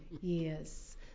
Yes